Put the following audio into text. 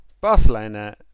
Barcelona